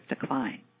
decline